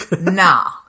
Nah